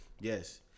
yes